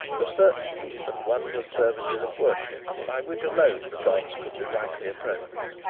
of certain deep and wondrous services of worship by which alone the gods could be rightly approached.